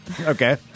Okay